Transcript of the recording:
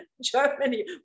Germany